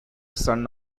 son